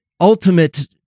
ultimate